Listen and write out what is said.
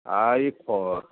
I four